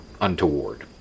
untoward